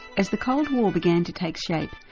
as the cold war began to take shape,